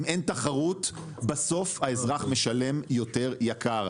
אם אין תחרות בסוף האזרח משלם יותר יקר.